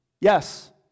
Yes